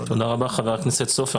תודה רבה חבר הכנסת סופר,